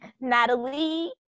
natalie